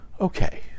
Okay